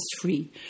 free